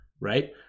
Right